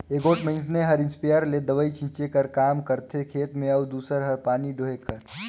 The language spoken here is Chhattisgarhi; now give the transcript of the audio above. एगोट मइनसे हर इस्पेयर ले दवई छींचे कर काम करथे खेत में अउ दूसर हर पानी डोहे कर